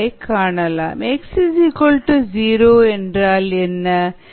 X0 என்றால் என்ன